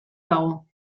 dago